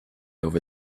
over